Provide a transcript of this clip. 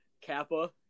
Kappa